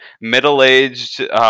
middle-aged